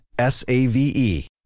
S-A-V-E